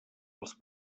els